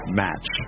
match